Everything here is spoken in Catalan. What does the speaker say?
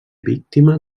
víctima